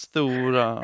Stora